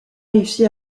réussi